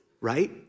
right